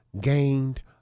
gained